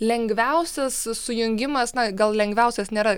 lengviausias sujungimas na gal lengviausias nėra